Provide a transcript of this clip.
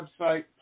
website